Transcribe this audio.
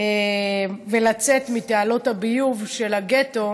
ולצאת מתעלות הביוב של הגטו